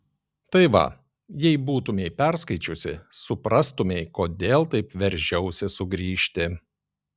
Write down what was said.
tai va jei būtumei perskaičiusi suprastumei kodėl taip veržiausi sugrįžti